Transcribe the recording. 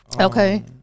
Okay